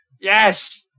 Yes